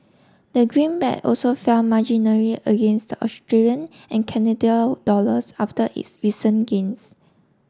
the greenback also fell marginally against the Australian and Canadian dollars after its recent gains